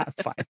Fine